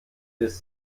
biss